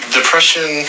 Depression